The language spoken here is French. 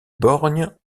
borgne